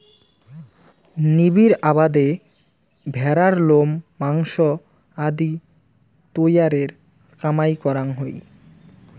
নিবিড় আবাদে ভ্যাড়ার লোম, মাংস আদি তৈয়ারের কামাই করাং হই